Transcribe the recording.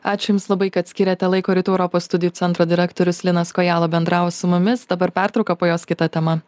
ačiū jums labai kad skyrėte laiko rytų europos studijų centro direktorius linas kojala bendravo su mumis dabar pertrauka po jos kita tema